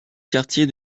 quartier